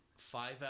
Five